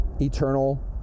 eternal